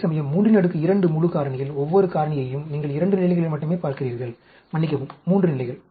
அதேசமயம் 32 முழு காரணியில் ஒவ்வொரு காரணியையும் நீங்கள் 2 நிலைகளில் மட்டுமே பார்க்கிறீர்கள் மன்னிக்கவும் 3 நிலைகள்